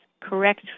correct